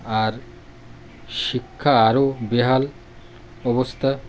আর শিক্ষা আরও বেহাল অবস্থা